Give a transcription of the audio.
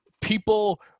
people